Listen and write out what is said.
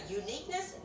uniqueness